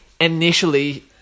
initially